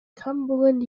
cumberland